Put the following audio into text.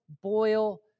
boil